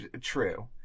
true